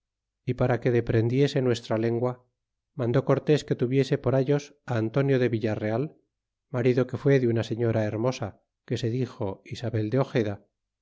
r para que deprendiese nuestra lengua mandó cortés que tuviese por ayos antonio de villareal marido que fue de una señora hermosa que se dixo isabel de ojeda